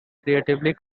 creatively